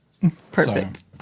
Perfect